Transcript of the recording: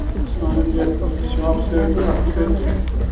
آ شاپ سۭتی اَتھٕ سۭتی